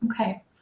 Okay